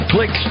Click